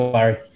Larry